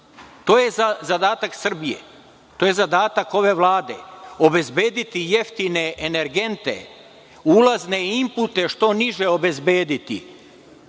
To je zadatak Srbije. To je zadatak ove Vlade – obezbediti jeftine energente, ulazne impute što niže obezbediti,